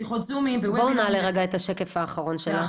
שיחות זום וובינרים -- בואו נעלה רגע את השקף האחרון שלך.